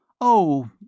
Oh